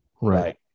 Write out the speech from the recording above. Right